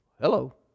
Hello